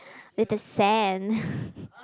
with the sand